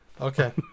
Okay